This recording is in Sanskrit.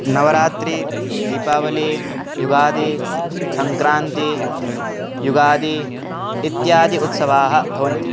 नवरात्रिः दीपावलिः युगादि सङ्क्रान्ति युगादि इत्यादयः उत्सवाः भवन्ति